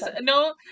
no